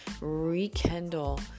rekindle